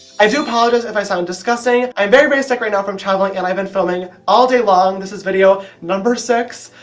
i do apologise if i sound disgusting, i'm very very sick right now from travelling and i've been filming all day long. this is video number six.